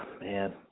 man